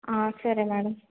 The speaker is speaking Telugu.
సరే మేడం